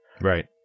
Right